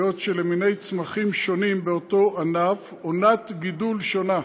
היות שלמיני צמחים שונים באותו ענף עונת גידול שונה,